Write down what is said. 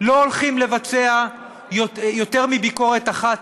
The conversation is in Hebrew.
לא הולכים לבצע יותר מביקורת אחת,